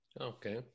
Okay